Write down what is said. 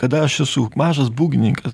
kada aš esu mažas būgnininkas